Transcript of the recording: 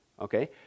okay